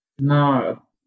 No